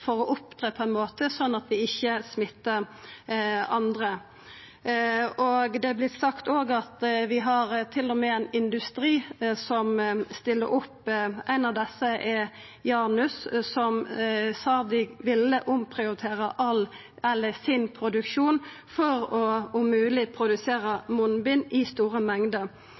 for å opptre på ein slik måte at vi ikkje smittar andre. Det vert òg sagt at vi til og med har ein industri som stiller opp. Ein av desse er Janus, som har sagt at dei vil omprioritera produksjonen sin for om mogleg å produsera munnbind i store mengder.